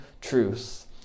truths